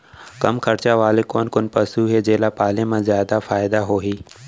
कम खरचा वाले कोन कोन पसु हे जेला पाले म जादा फायदा होही?